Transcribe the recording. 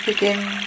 Begin